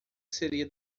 seria